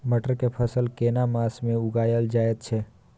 मटर के फसल केना मास में उगायल जायत छै?